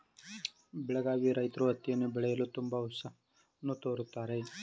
ಬೆಳಗಾವಿ ರೈತ್ರು ಹತ್ತಿಯನ್ನು ಬೆಳೆಯಲು ತುಂಬಾ ಉತ್ಸಾಹವನ್ನು ತೋರುತ್ತಾರೆ